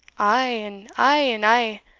i, and i, and i,